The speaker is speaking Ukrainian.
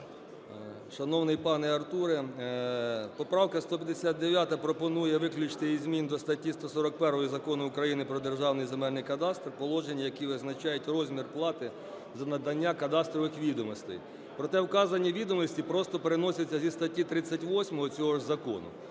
Шановний пане Артуре, поправка 159-а пропонує виключити із змін до статті 141 Закону України "Про Державний земельний кадастр" положень, які визначають розмір плати за надання кадастрових відомостей. Проте вказані відомості просто переносяться зі статті 38 цього ж закону.